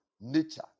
nature